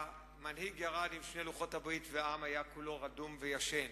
והמנהיג ירד עם שני לוחות הברית והעם היה כולו רדום וישן.